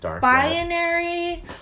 binary